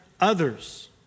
others